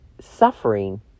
suffering